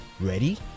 Ready